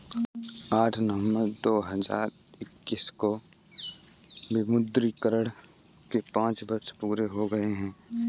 आठ नवंबर दो हजार इक्कीस को विमुद्रीकरण के पांच वर्ष पूरे हो गए हैं